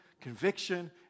conviction